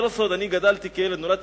זה לא סוד, אני נולדתי בכפר-שלם,